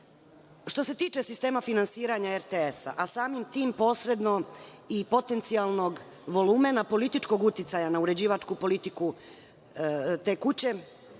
se tiče sistema finansiranja RTS, a samim tim posredno i potencijalnog volumena političkog uticaja na uređivačku politiku te kuće,